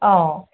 অ